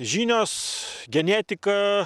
žinios genetika